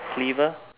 cleaver